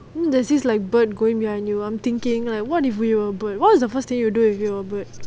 then there's this like bird going behind you I'm thinking like what if we were bird what is the first thing you will do if you're bird